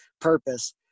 purpose